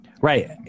Right